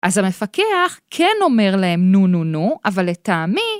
אז המפקח כן אומר להם נו נו נו, אבל לטעמי...